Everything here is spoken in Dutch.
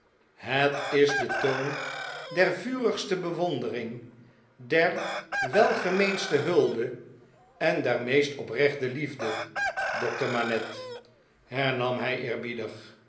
het is de toon der vurigste bewondering der welgemeendste hulde en der meest oprechte liefde dokter manette hernam hij